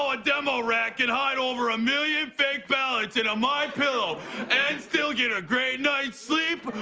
ah demo-rat can hide over a million fake ballots in a my pillow and still get a great night's sleep?